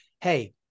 hey